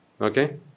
okay